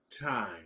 time